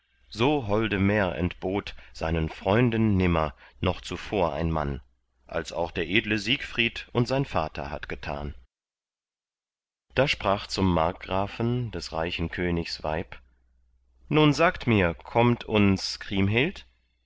so holde mär entbot seinen freunden nimmer noch zuvor ein mann als auch der edle siegfried und sein vater hat getan da sprach zum markgrafen des reichen königs weib nun sagt mir kommt uns kriemhild